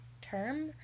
term